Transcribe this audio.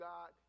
God